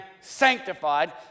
sanctified